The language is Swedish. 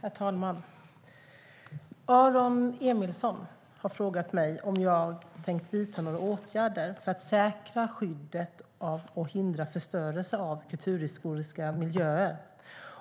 Herr talman! Aron Emilsson har frågat mig om jag tänker vidta några åtgärder för att säkra skyddet av och hindra förstörelse av kulturhistoriska miljöer